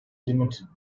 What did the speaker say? limited